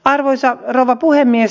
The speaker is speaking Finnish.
arvoisa rouva puhemies